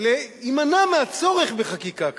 להימנע מהצורך בחקיקה כזאת.